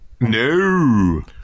no